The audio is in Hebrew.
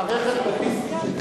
מערכת לוביסטית,